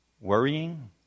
Worrying